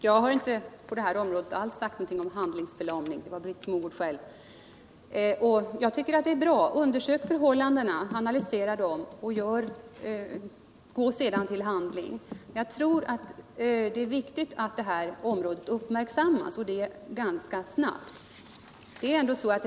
Herr talman! Jag har inte alls sagt någonting om handlingsförlamning ; det var Britt Mogård själv som förde in detta. Jag tycker att det här är bra: undersök förhållandena, analysera dem och gå sedan till handling. Jag tror att det är viktigt att det här området uppmärksammas, och det mycket snabbt.